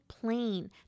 plain